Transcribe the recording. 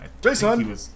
Jason